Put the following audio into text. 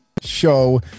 show